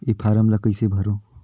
ये फारम ला कइसे भरो?